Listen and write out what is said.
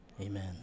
amen